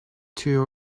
two